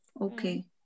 Okay